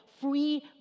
free